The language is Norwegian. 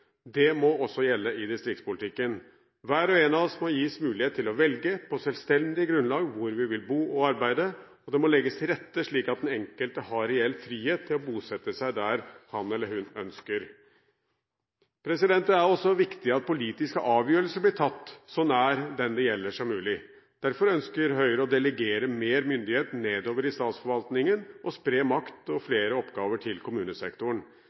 Det må også gjelde i distriktspolitikken. Hver og en av oss må gis mulighet til å velge på selvstendig grunnlag hvor vi vil bo og arbeide, og det må legges til rette slik at den enkelte har reell frihet til å bosette seg der han eller hun ønsker. Det er også viktig at politiske avgjørelser blir tatt så nær den det gjelder som mulig. Derfor ønsker Høyre å delegere mer myndighet nedover i statsforvaltningen og spre makt og flere oppgaver til kommunesektoren.